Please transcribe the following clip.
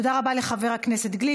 תודה רבה לחבר הכנסת גליק.